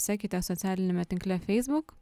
sekite socialiniame tinkle feisbuk